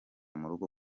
murugo